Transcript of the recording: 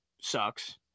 sucks